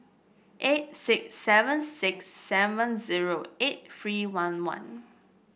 eight six seven six seven zero eight three one one